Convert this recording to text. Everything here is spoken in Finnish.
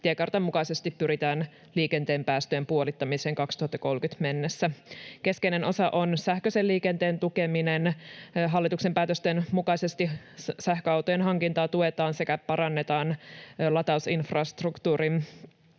Tiekartan mukaisesti pyritään liikenteen päästöjen puolittamiseen 2030 mennessä. Keskeinen osa on sähköisen liikenteen tukeminen. Hallituksen päätösten mukaisesti sähköautojen hankintaa tuetaan sekä parannetaan latausinfrastruktuuria